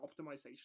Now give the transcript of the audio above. optimization